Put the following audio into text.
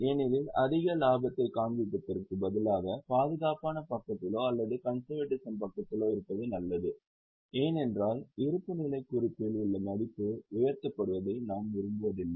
ஏனெனில் அதிக மதிப்பைக் காண்பிப்பதற்கு பதிலாக பாதுகாப்பான பக்கத்திலோ அல்லது கன்செர்வேட்டிசம் பக்கத்திலோ இருப்பது நல்லது ஏனென்றால் இருப்புநிலைக் குறிப்பில் உள்ள மதிப்பு உயர்த்தப்படுவதை நாம் விரும்புவதில்லை